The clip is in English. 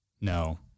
No